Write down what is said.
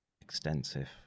extensive